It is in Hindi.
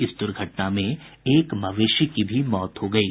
इस दुर्घटना में एक मवेशी की भी मौत हो गयी